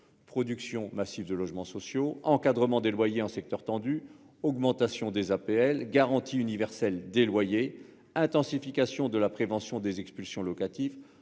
production massive de logements sociaux, à l'encadrement des loyers en secteurs tendus, à l'augmentation des APL, à la garantie universelle des loyers, à l'intensification de la prévention des expulsions locatives,